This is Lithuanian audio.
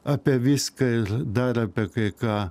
apie viską ir dar apie kai ką